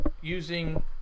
using